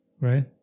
right